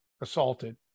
assaulted